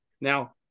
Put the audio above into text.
Now